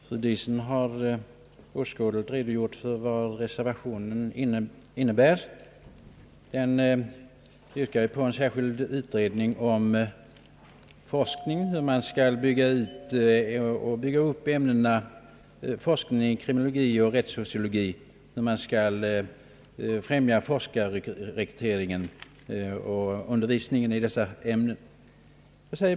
Herr talman! Fru Diesen har åskådligt redogjort för vad reservationen innebär. Den yrkar på en särskild utredning om hur man på längre sikt skall bygga ut forskningen i ämnena kriminologi och rättssociologi och hur man skall främja forskarrekryteringen och undervisningen i dessa ämnen.